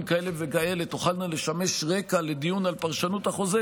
כאלה וכאלה תוכלנה לשמש רקע לדיון על פרשנות החוזה,